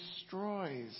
destroys